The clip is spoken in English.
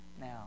now